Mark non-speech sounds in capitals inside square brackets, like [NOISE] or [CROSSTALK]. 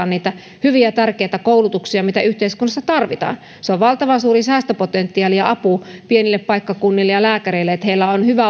[UNINTELLIGIBLE] niitä hyviä tärkeitä koulutuksia mitä yhteiskunnassa tarvitaan se on valtavan suuri säästöpotentiaali pienille paikkakunnille ja apu lääkäreille että näillä on hyvä